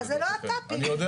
אבל זה לא אתה, פיני.